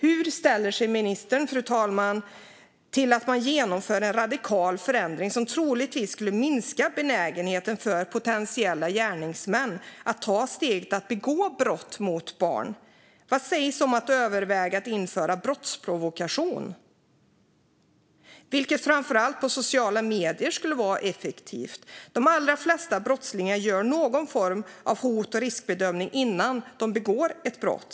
Hur ställer sig ministern till att man genomför en radikal förändring som troligtvis skulle minska benägenheten för potentiella gärningsmän att ta steget att begå brott mot barn? Vad sägs om att överväga att införa brottsprovokation, vilket skulle vara effektivt framför allt på sociala medier? De allra flesta brottslingar gör någon form av hot och riskbedömning innan de begår ett brott.